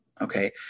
Okay